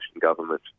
government